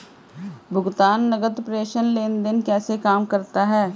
भुगतान नकद प्रेषण लेनदेन कैसे काम करता है?